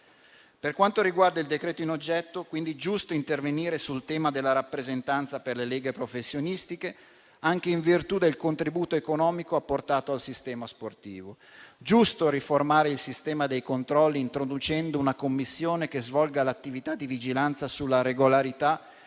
Per quanto riguarda il decreto-legge in oggetto, quindi, è giusto intervenire sul tema della rappresentanza per le Leghe professionistiche, anche in virtù del contributo economico apportato al sistema sportivo. Giusto riformare il sistema dei controlli, introducendo una commissione che svolga l'attività di vigilanza sulla regolarità